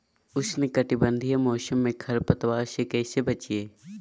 उष्णकटिबंधीय मौसम में खरपतवार से कैसे बचिये?